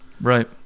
Right